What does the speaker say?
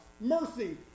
mercy